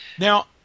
Now